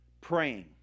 praying